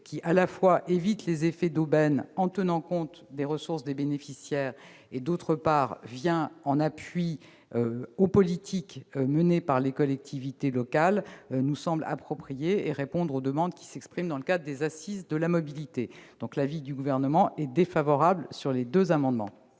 qui, d'une part, évite les effets d'aubaine en tenant compte des ressources des bénéficiaires, et, d'autre part, vient en appui des politiques menées par les collectivités locales, nous semble approprié et répond aux demandes qui s'expriment dans le cadre des assises de la mobilité. Le Gouvernement est défavorable aux deux amendements.